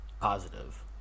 Positive